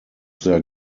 their